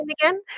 again